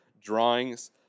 drawings